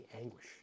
anguish